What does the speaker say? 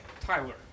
Tyler